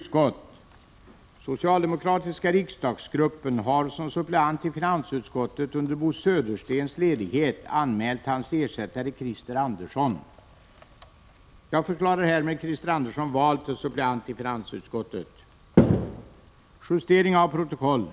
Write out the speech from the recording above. Socialdemokratiska riksdagsgruppen har som suppleant i socialoch utbildningsutskotten under Åsa Strömbäck-Norrmans ledighet anmält hennes ersättare Claes Rensfeldt.